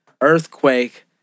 earthquake